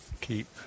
keep